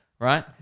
Right